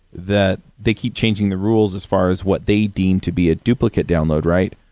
that they keep changing the rules as far as what they deem to be a duplicate download, right?